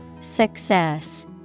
success